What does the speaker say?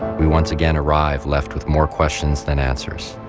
we once again arrive left with more questions than answers.